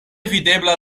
videbla